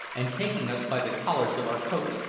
and taking us by the collars of our coats,